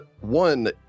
one